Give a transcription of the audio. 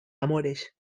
amores